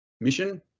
Mission